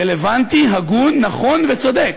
רלוונטי, הגון, נכון וצודק,